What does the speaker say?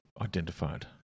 identified